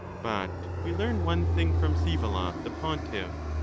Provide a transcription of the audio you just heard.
but we learn one thing from scsevola the pontiff,